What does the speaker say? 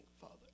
Father